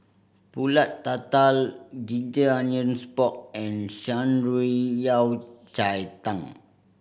Pulut Tatal ginger onions pork and Shan Rui Yao Cai Tang